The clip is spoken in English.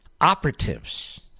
Operatives